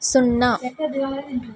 సున్నా